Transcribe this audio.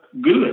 good